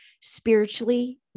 spiritually